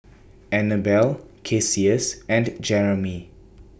Annabella Cassius and Jeramie